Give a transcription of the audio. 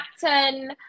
captain